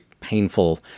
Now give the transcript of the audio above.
painful